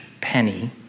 Penny